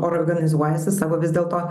organizuojasi savo vis dėlto